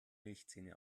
milchzähne